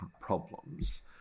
problems